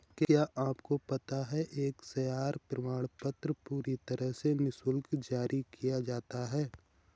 क्या आपको पता है एक शेयर प्रमाणपत्र पूरी तरह से निशुल्क जारी किया जाता है?